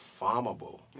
farmable